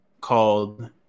called